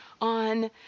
on